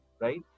right